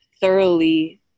thoroughly